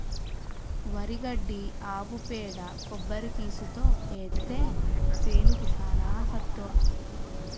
వరి గడ్డి ఆవు పేడ కొబ్బరి పీసుతో ఏత్తే సేనుకి చానా సత్తువ